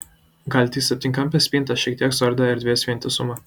gal tik septynkampė spinta šiek tiek suardo erdvės vientisumą